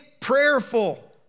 prayerful